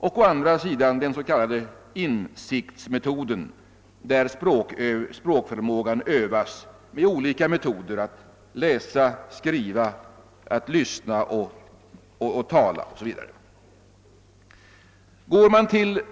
Den andra metoden är den s.k. insiktsmetoden, där språkförmågan övas genom att eleverna läser, skriver, lyssnar, talar osv.